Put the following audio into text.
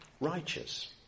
Righteous